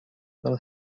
will